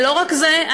ולא רק זה,